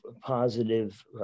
positive